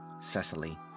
Cecily